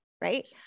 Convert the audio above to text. Right